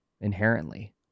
inherently